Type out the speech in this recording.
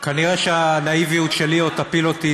כנראה הנאיביות שלי עוד תפיל אותי,